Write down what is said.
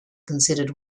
considered